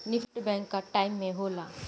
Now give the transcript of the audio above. NEFT bank कअ time में होला